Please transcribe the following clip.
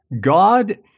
God